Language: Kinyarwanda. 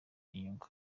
inyungu